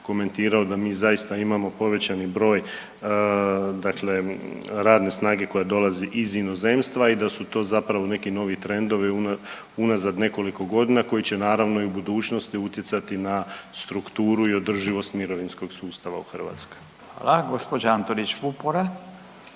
komentirao da mi zaista imamo povećani broj dakle radne snage koja dolazi iz inozemstva i da su to zapravo neki novi trendovi unazad nekoliko godina koji će naravno i u budućnosti utjecati na strukturu i održivost mirovinskog sustava u Hrvatskoj. **Radin, Furio